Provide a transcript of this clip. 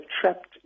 trapped